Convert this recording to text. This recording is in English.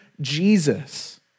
Jesus